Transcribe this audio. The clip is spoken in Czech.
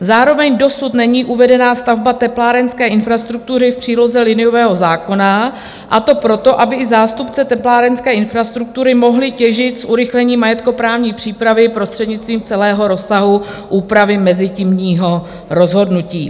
Zároveň dosud není uvedená stavba teplárenské infrastruktury v příloze liniového zákona, a to proto, aby i zástupci teplárenské infrastruktury mohli těžit z urychlení majetkoprávní přípravy prostřednictvím celého rozsahu úpravy mezitímního rozhodnutí.